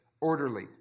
orderly